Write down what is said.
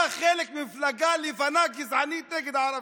אתה חלק ממפלגה לבנה גזענית נגד ערבים.